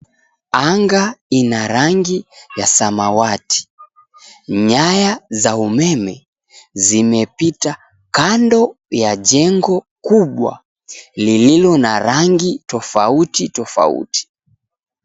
Anga ina rangi ya samawati. Nyaya za umeme zimepita kando ya jengo kubwa lililo na rangi tofauti tofauti.